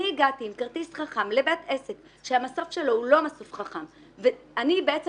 אני הגעתי עם כרטיס חכם לבית עסק שהמסוף שלו הוא לא מסוף חכם ואני בעצם